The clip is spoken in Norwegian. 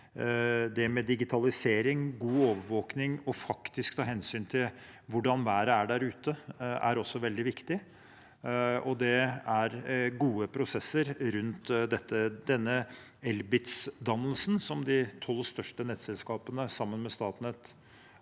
Det med digitalisering, god overvåkning og faktisk å ta hensyn til hvordan været er der ute, er også veldig viktig. Det er gode prosesser rundt dette. ElBits-dannelsen, som de tolv største nettselskapene har etablert